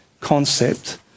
concept